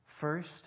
First